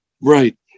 right